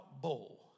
bowl